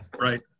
right